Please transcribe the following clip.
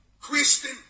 Christian